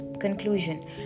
conclusion